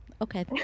Okay